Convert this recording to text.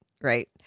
Right